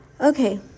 Okay